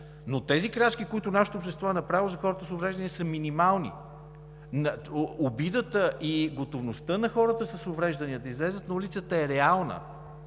Но тези крачки, които нашето общество е направило за хората с увреждания, са минимални. Обидата и готовността на хората с увреждания да излязат на улицата е реална.